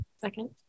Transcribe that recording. second